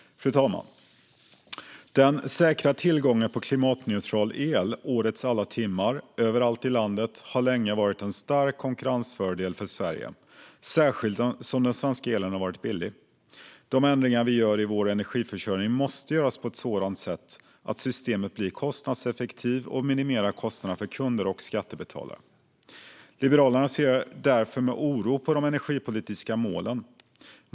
Fru talman! Den säkra tillgången på klimatneutral el årets alla timmar överallt i landet har länge varit en stark konkurrensfördel för Sverige, särskilt som den svenska elen varit billig. De ändringar vi gör i vår energiförsörjning måste göras på ett sådant sätt att systemet blir kostnadseffektivt och minimerar kostnaderna för kunder och skattebetalare. Liberalerna ser därför med oro på de energipolitiska målen.